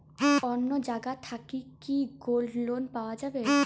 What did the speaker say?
অন্য জায়গা থাকি কি গোল্ড লোন পাওয়া যাবে?